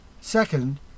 Second